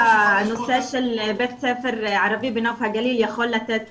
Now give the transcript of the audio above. הנושא של בית ספר ערבי בנוף הגליל יכול לתת